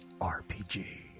RPG